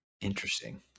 Interesting